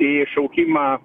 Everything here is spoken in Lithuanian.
į šaukimą